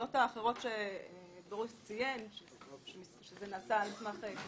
זה המצב היום.